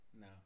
No